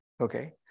Okay